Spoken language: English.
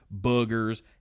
boogers